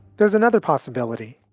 there's another possibility.